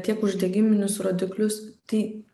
tiek uždegiminius rodiklius tai